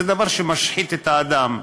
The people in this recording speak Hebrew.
זה דבר שמשחית את האדם,